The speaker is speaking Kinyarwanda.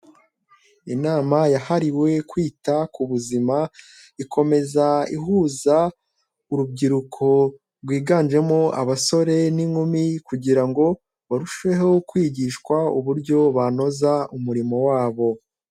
Inama yahariwe kwita ku buzima, ikomeza ihuza urubyiruko rwiganjemo abasore n'inkumi, kugira ngo barusheho kwigishwa uburyo banoza umurimo wabo.